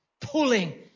pulling